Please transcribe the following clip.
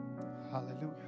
hallelujah